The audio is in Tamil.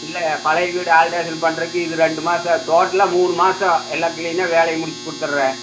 இல்லை பழைய வீடு ஆல்ட்ரேஷன் பண்ணுறக்கு அது ரெண்டு மாதம் டோட்டலாக மூணு மாதம் எல்லாம் கிளீனாக வேலையை முடிச்சு கொடுத்தர்றேன்